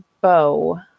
bow